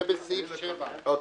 זה בסעיף 7. אוקיי.